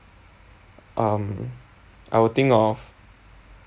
um I will think of